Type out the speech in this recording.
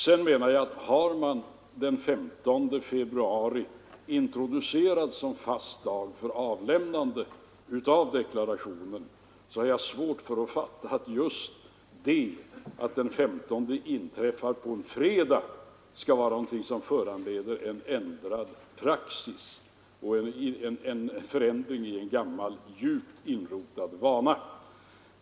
Med hänsyn till att den 15 februari är introducerad som fast sista dag för avlämnandet av deklarationen har jag vidare svårt att fatta att just det förhållandet att den 15 infaller på en fredag skall föranleda en ändring av praxis och en gammal djupt inrotad vana.